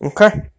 Okay